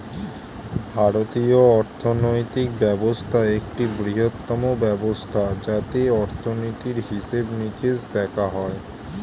ভারতীয় অর্থনৈতিক ব্যবস্থা একটি বৃহত্তম ব্যবস্থা যাতে অর্থনীতির হিসেবে নিকেশ দেখা হয়